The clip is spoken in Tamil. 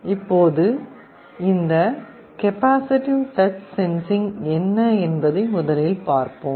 இப்போது இந்த கெபாசிட்டிவ் டச் சென்சிங் என்ன என்பதை முதலில் பார்ப்போம்